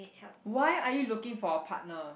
why are you looking for a partner